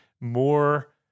more